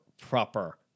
proper